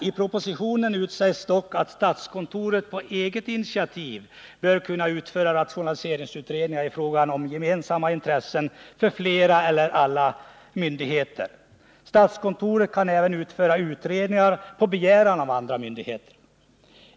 I propositionen utsägs dock att statskontoret på eget initiativ bör kunna utföra rationaliseringsutredningar i frågor av gemensamt intresse för flera eller alla myndigheter. Statskontoret kan även utföra utredningar på begäran av andra myndigheter.